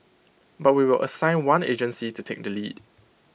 but we will assign one agency to take the lead